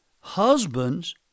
husbands